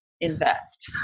invest